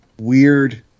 weird